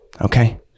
okay